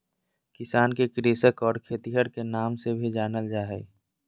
किसान के कृषक और खेतिहर के नाम से भी जानल जा हइ